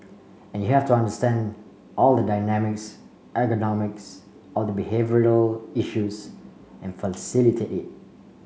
and you have to understand all the dynamics ergonomics all the behavioural issues and facilitate it